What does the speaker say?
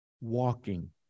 walking